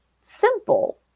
simple